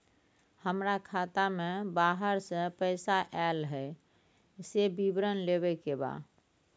हमरा खाता में बाहर से पैसा ऐल है, से विवरण लेबे के बा?